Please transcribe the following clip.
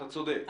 אתה צודק.